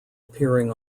appearing